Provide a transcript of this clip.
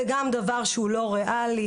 זה גם דבר שהוא לא ריאלי,